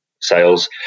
sales